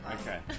Okay